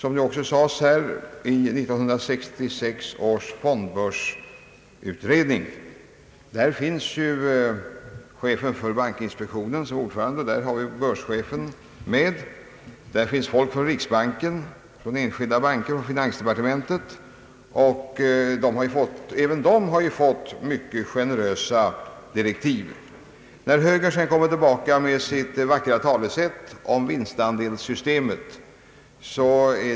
I 1966 års fondbörsutredning ingår chefen för bankinspektionen som ordförande, där sitter vidare börschefen, folk från riksbanken, från enskilda banker och från finansdepartementet. även denna utredning har fått mycket generösa direktiv. Moderata samlingspartiet kommer tillbaka med sitt vackra tal om vinstandelssystemet.